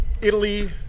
Italy